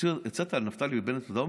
הוצאת על נפתלי בנט הודעה?